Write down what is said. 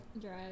Drive